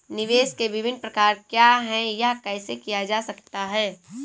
निवेश के विभिन्न प्रकार क्या हैं यह कैसे किया जा सकता है?